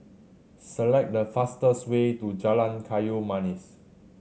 select the fastest way to Jalan Kayu Manis